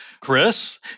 Chris